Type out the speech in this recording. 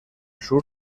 sur